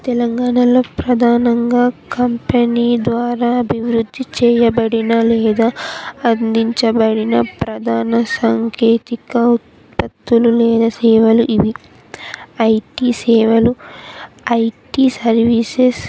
తెలంగాణలో ప్రధానంగా కంపెనీ ద్వారా అభివృద్ధి చేయబడిన లేదా అందించబడిన ప్రధాన సాంకేతిక ఉత్పత్తులు లేదా సేవలు ఇవి ఐ టీ సేవలు ఐ టీ సర్వీసెస్